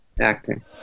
acting